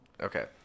Okay